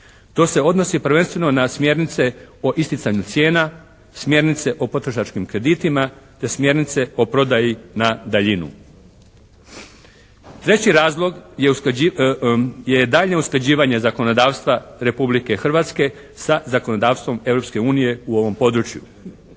To se odnosi prvenstveno na smjernice o isticanju cijena, smjernice o potrošačkim kreditima, te smjernice o prodaju na daljinu. Treći razlog je daljnje usklađivanje zakonodavstva Republike Hrvatske sa zakonodavstvo Europske unije u ovom području.